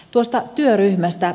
tuosta työryhmästä